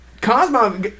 Cosmo